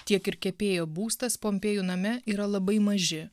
tiek ir kepėjo būstas pompėjų name yra labai maži